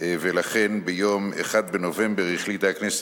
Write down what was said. ולכן ביום 1 בנובמבר 2010 החליטה הכנסת